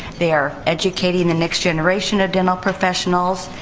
they are educating the next generation of dental professionals,